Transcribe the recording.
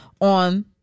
on